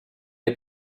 est